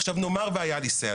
נאמר והיה לי say,